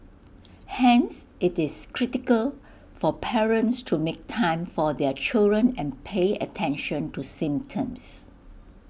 hence IT is critical for parents to make time for their children and pay attention to symptoms